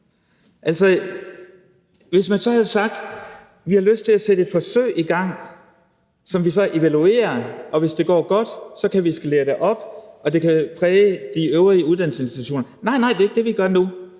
hvis man så havde sagt: Vi har lyst til at sætte et forsøg i gang, som vi så evaluerer, og hvis det går godt, så kan vi skalere det op, og det kan præge de øvrige uddannelsesinstitutioner. Men nej, nej, det er ikke det, vi gør nu.